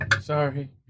Sorry